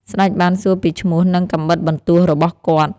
ស្ដេចបានសួរពីឈ្មោះ និងកាំបិតបន្ទោះរបស់គាត់។